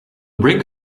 brink